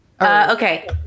okay